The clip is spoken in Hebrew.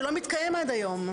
שלא מתקיים עד היום.